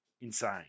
Insane